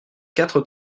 quatre